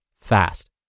fast